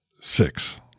six